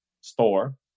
store